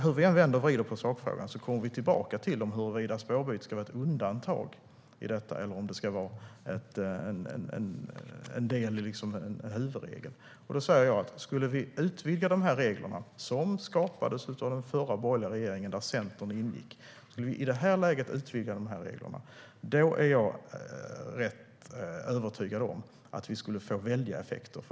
Hur vi än vrider och vänder på frågan kommer vi tillbaka till huruvida spårbytet ska vara ett undantag eller om det ska vara en del i en huvudregel. Skulle vi i det här läget utvidga dessa regler, som skapades av den förra borgerliga regeringen där Centern ingick, är jag rätt övertygad om att det skulle bli väldiga effekter.